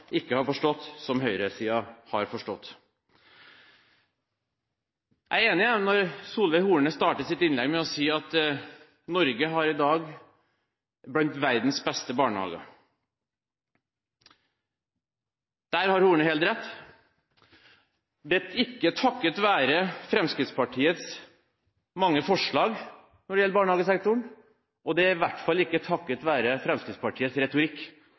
ikke har forstått som høyresiden har forstått? Jeg er enig med Solveig Horne som startet sitt innlegg med å si at Norge har i dag blant verdens beste barnehager. Det har Solveig Horne helt rett i. Det er ikke takket være Fremskrittspartiets mange forslag når det gjelder barnehagesektoren, og det er i hvert fall ikke takket være Fremskrittspartiets retorikk